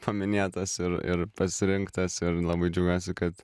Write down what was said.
paminėtas ir ir pasirinktas ir labai džiaugiuosi kad